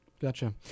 Gotcha